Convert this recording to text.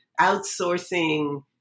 outsourcing